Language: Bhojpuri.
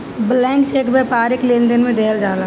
ब्लैंक चेक व्यापारिक लेनदेन में देहल जाला